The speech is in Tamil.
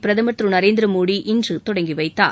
பிரதமர் திரு நரேந்திரமோடி இன்று தொடங்கி வைத்தார்